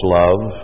love